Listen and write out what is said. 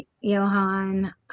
Johan